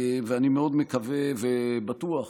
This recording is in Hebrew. ואני מאוד מקווה ובטוח